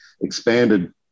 expanded